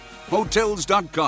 Hotels.com